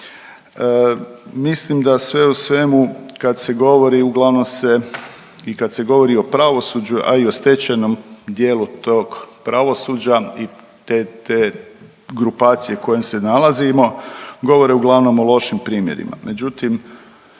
Mislim da sve u svemu kad se govori uglavnom se i kad se govori o pravosuđu, a i o stečajnom dijelu tog pravosuđa i te, te grupacije kojem se nalazimo, govore uglavnom o lošim primjerima.